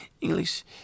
English